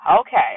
Okay